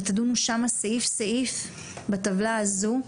ותדונו שם סעיף סעיף, בטבלה הזו,